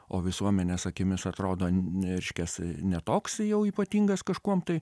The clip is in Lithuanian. o visuomenės akimis atrodo reiškias ne toks jau ypatingas kažkuom tai